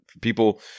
People